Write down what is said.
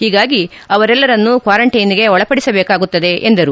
ಹೀಗಾಗಿ ಅವರೆಲ್ಲರನ್ನೂ ಕ್ವಾರಂಟ್ಟೆನ್ಗೆ ಒಳಪಡಿಸಬೇಕಾಗುತ್ತದೆ ಎಂದರು